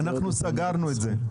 סגרנו את זה.